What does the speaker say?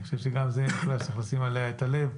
אני חושב שזו נקודה שצריך לשים אליה את הלב,